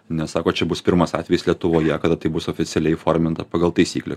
nes sako čia bus pirmas atvejis lietuvoje kada tai bus oficialiai įforminta pagal taisyklę